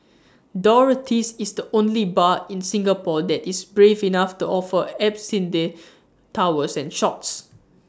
Dorothy's is the only bar in Singapore that is brave enough to offer absinthe towers and shots